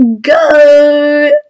go